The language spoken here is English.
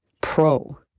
pro